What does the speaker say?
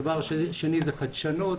הדבר השני הוא חדשנות.